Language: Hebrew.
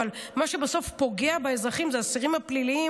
אבל מה שבסוף פוגע באזרחים זה האסירים הפליליים.